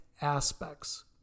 aspects